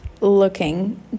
looking